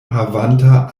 havanta